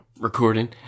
Recording